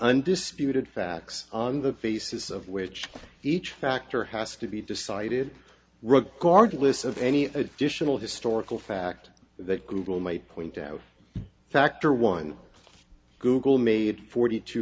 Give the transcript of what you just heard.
undisputed facts on the faces of which each factor has to be decided ricard lists of any additional historical fact that google might point out factor one google made forty two